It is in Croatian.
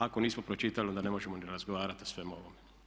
Ako nismo pročitali onda ne možemo ni razgovarati o svemu ovome.